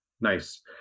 Nice